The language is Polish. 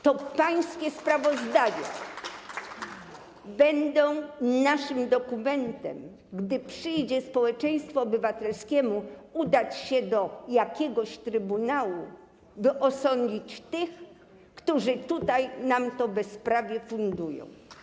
To pańskie sprawozdania będą naszym dokumentem, gdy przyjdzie społeczeństwu obywatelskiemu udać się do jakiegoś trybunału, by osądzić tych, którzy tutaj nam to bezprawie fundują.